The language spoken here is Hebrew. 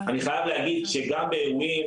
אני חייב להגיד שגם באירועים,